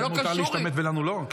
לכם מותר להשתמט ולנו לא?